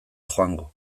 joango